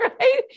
Right